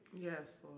yes